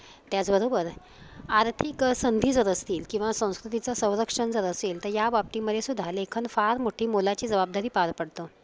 त्याचबरोबर आर्थिक संधी जर असतील किंवा संस्कृतीचं संरक्षण जर असेल तर या बाबतीमध्ये सुद्धा लेखन फार मोठी मोलाची जबाबदारी पार पाडतं